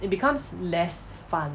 it becomes less fun